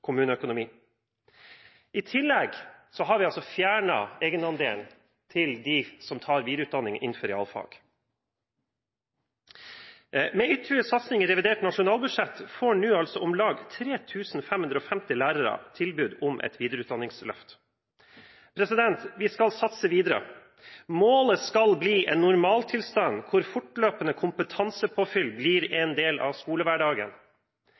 kommuneøkonomi. I tillegg har vi fjernet egenandelen for dem som tar videreutdanning i realfag. Med ytterligere satsing i revidert nasjonalbudsjett får nå om lag 3 550 lærere tilbud om videreutdanning. Vi skal satse videre. Målet skal bli en normaltilstand der fortløpende kompetansepåfyll vil bli en del av skolehverdagen.